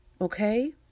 Okay